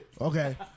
Okay